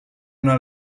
una